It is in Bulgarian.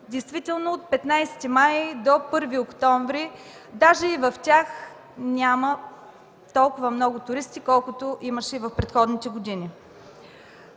Действително от 15 май до 1 октомври дори и в тях няма толкова много туристи колкото имаше в предходните години.